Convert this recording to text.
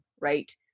right